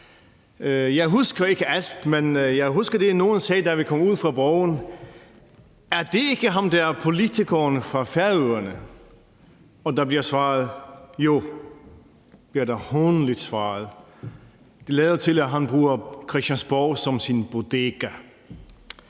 Jeg husker ikke alt, men jeg husker, at nogen sagde, da vi kom ud fra Borgen: Er det ikke ham der politikeren fra Færøerne? Og der blev hånligt svaret: Jo, det lader til, at han bruger Christiansborg som sin bodega.